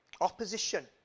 opposition